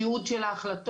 תיעוד של ההחלטות.